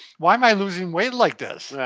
why am i losing weight like this?